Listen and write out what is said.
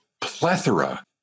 plethora